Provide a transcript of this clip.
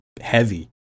heavy